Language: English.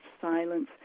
silence